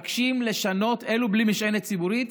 אלו, בלי משענת ציבורית,